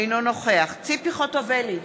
אינו נוכח ציפי חוטובלי,